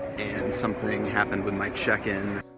and something happened with my check-in.